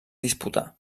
disputà